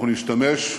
אנחנו נשתמש,